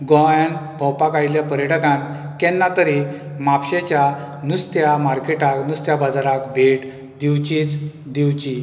गोंयांन भोंवपाक आयिल्ल्या पर्यटकान केन्ना तरी म्हापशेच्या नुस्त्या मार्केटान नुस्त्या बाजारान भेट दिवचीच दिवची